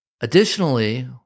Additionally